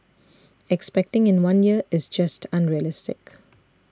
expecting in one year is just unrealistic